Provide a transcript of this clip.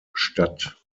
statt